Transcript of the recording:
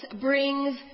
brings